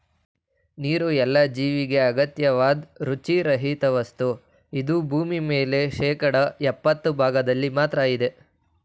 ನೀರುಎಲ್ಲ ಜೀವಿಗೆ ಅಗತ್ಯವಾದ್ ರುಚಿ ರಹಿತವಸ್ತು ಇದು ಭೂಮಿಮೇಲೆ ಶೇಕಡಾ ಯಪ್ಪತ್ತು ಭಾಗ್ದಲ್ಲಿ ಮಾತ್ರ ಇದೆ